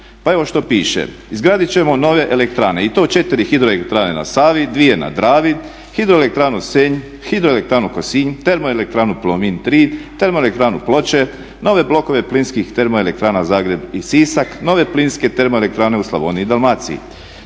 Pa evo što piše: "Izgradit ćemo nove elektrane i to četiri hidroelektrane na Savi, dvije na Dravi, hidroelektranu Senj, hidroelektranu Kosinj, termoelektranu Plomin 3, termoelektranu Ploče, nove blokove plinskih termoelektrana Zagreb i Sisak, nove plinske termoelektrane u Slavoniji i Dalmaciji.